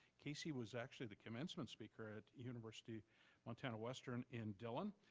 casey was actually the commencement speaker at university montana western in dillon.